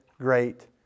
great